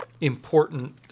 important